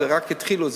רק התחילו,